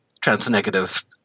trans-negative